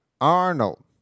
Arnold